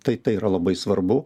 tai tai yra labai svarbu